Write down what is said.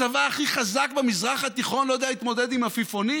הצבא הכי חזק במזרח התיכון לא יודע להתמודד עם עפיפונים?